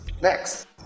next